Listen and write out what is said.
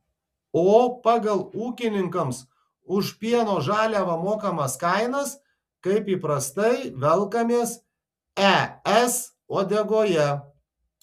o pagal ūkininkams už pieno žaliavą mokamas kainas kaip įprastai velkamės es uodegoje